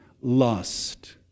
lust